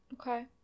okay